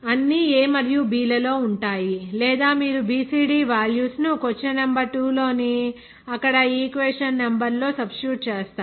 అన్నీ A మరియు B ల లో ఉంటాయి లేదా మీరు BCD వాల్యూస్ ను కొశ్చన్ నెంబర్ 2 లోని అక్కడ ఈక్వేషన్ నెంబర్ లో సబ్స్టిట్యూట్ చేస్తారు